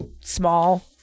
small